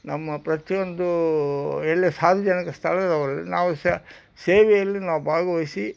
ನಮ್ಮ ಪ್ರತಿಯೊಂದು ಎಲ್ಲೇ ಸಾರ್ವಜನಿಕ ಸ್ಥಳವಾಗಲಿ ನಾವು ಸ ಸೇವೆಯಲ್ಲಿ ನಾವು ಭಾಗವಹಿಸಿ